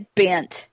bent